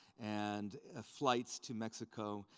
and flights to mexico,